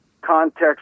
context